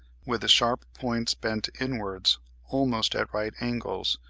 with the sharp points bent inwards almost at right angles,